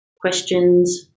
questions